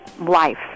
Life